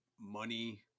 money